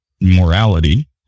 morality